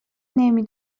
نمی